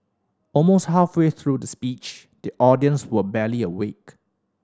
almost halfway through the speech the audience were barely awake